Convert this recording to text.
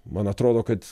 man atrodo kad